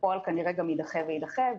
בפועל כנראה גם ידחה וידחה.